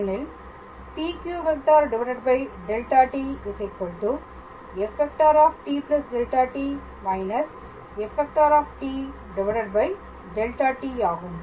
எனில் PQ⃗ δt f⃗ tδt−f⃗ δt ஆகும்